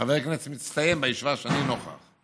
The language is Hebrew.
כחבר כנסת מצטיין בישיבה שאני נוכח בה.